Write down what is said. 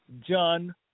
John